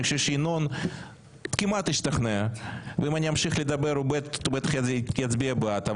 אני חושב שינון כמעט השתכנע ואם אני אמשיך לדבר הוא בטח יצביע בעד,